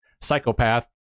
Psychopath